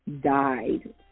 died